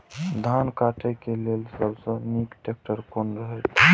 धान काटय के लेल सबसे नीक ट्रैक्टर कोन रहैत?